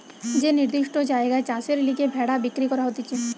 যে নির্দিষ্ট জায়গায় চাষের লিগে ভেড়া বিক্রি করা হতিছে